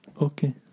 Okay